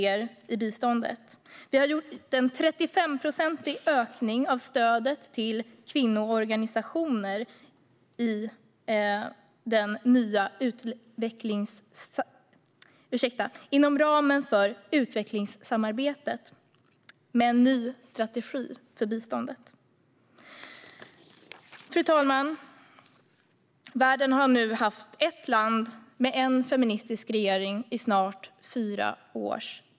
En ny strategi i biståndet har lett till en 35-procentig ökning av stödet till kvinnoorganisationer inom ramen för utvecklingssamarbetet. Fru talman! Världen har nu haft ett land med en feministisk regering i snart fyra år.